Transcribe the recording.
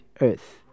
Earth